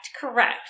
correct